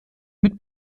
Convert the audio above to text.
mit